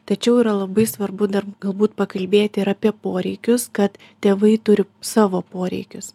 tačiau yra labai svarbu dar galbūt pakalbėti ir apie poreikius kad tėvai turi savo poreikius